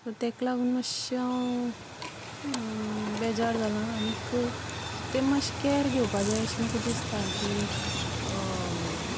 so तेका लागून मात्शें हांव बेजार जालां आनीक तें मात्शें केर घेवपाक जाय अशें म्हाका दिसता की